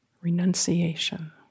renunciation